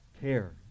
care